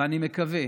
ואני מקווה